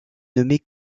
nommé